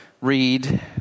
read